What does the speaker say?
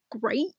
great